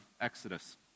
Exodus